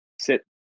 sit